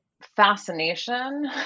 fascination